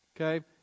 Okay